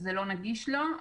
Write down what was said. זה לא נגיש לו.